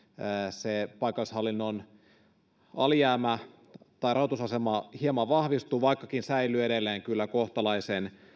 se paikallishallinnon rahoitusasema kyllä hieman vahvistuu se säilyy edelleen kohtalaisen